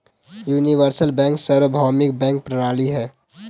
universal bank सार्वभौमिक bank प्रणाली है